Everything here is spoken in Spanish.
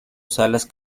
salas